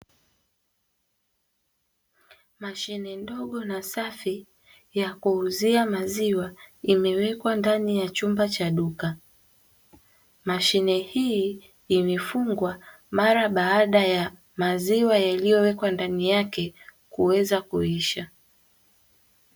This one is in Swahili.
Mashine ndogo na safi ya kuuzia maziwa imewekwa ndani ya chumba cha duka, mashine hii imefungwa mara baada ya maziwa yaliyowekwa ndani yake kuweza kuisha.